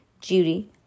Judy